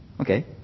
Okay